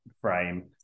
frame